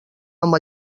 amb